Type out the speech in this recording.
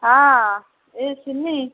ହଁ ଏ ସିନି